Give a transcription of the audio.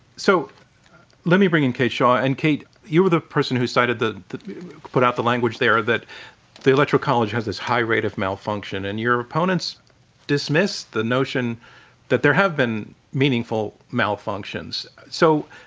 so let me bring in kate shaw. and kate you were the person who started the the put out the language out there that the electoral college has this high rate of malfunction. and your opponents dismissed the notion that there have been meaningful malfunctions. so,